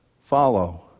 follow